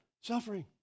Suffering